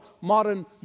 modern